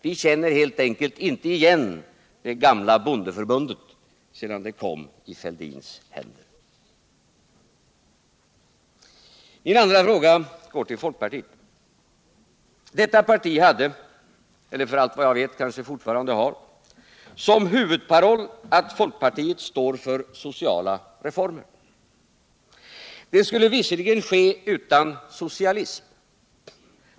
Vi känner helt enkelt inte igen det gamla bondeförbundet sedan det kom i Thorbjörn Fälldins händer. Min andra fråga går till folkpartiet. Detta parti hade — eller kanske fortfarande har som huvudparoll att folkpartiet står för sociala reformer. Det skulle visserligen ske utan socialism.